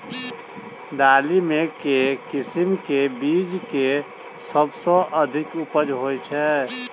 दालि मे केँ किसिम केँ बीज केँ सबसँ अधिक उपज होए छै?